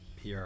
PR